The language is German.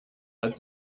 hat